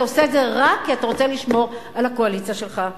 ואתה עושה את זה רק כי אתה רוצה לשמור על הקואליציה שלך.